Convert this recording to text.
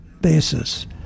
basis